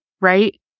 right